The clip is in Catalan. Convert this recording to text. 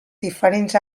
diferents